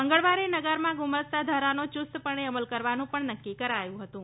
મંગળવારે નગરમાં ગુમાસ્તાધારાનો યુસ્તપણે અમલ કરવાનું પણ નક્કી કરાયું હતું